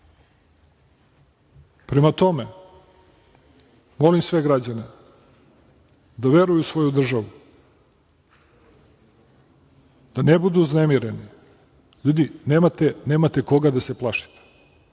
pukne. Prema tome, molim sve građane, da veruju u svoju državu, da ne budu uznemireni. Ljudi, nemate koga da se plašite.